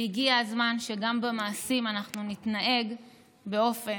והגיע הזמן שגם במעשים אנחנו נתנהג באופן